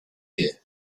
die